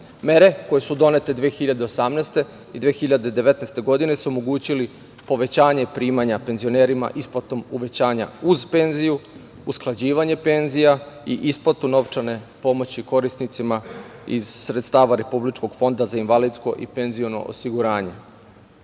Mere koje su donete 2018. i 2019. godine, su omogućile povećanje primanja penzionerima, isplatom uvećanja uz penziju, usklađivanje penzija i isplatu novčane pomoći korisnicima iz sredstava Republičkog fonda za invalidsko i penziono osiguranje. Zakonom